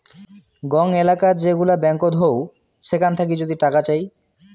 গং এলেকাত যেগুলা ব্যাঙ্কত হউ সেখান থাকি যদি টাকা চাই